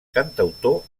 cantautor